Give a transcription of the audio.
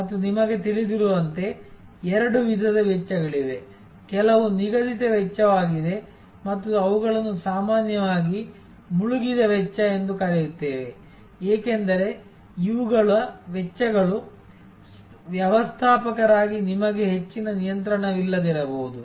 ಮತ್ತು ನಿಮಗೆ ತಿಳಿದಿರುವಂತೆ ಎರಡು ವಿಧದ ವೆಚ್ಚಗಳಿವೆ ಕೆಲವು ನಿಗದಿತ ವೆಚ್ಚವಾಗಿದೆ ನಾವು ಅವುಗಳನ್ನು ಸಾಮಾನ್ಯವಾಗಿ ಮುಳುಗಿದ ವೆಚ್ಚ ಎಂದು ಕರೆಯುತ್ತೇವೆ ಏಕೆಂದರೆ ಇವುಗಳ ವೆಚ್ಚಗಳು ವ್ಯವಸ್ಥಾಪಕರಾಗಿ ನಿಮಗೆ ಹೆಚ್ಚಿನ ನಿಯಂತ್ರಣವಿಲ್ಲದಿರಬಹುದು